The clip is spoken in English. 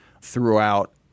throughout